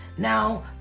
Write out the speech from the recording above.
Now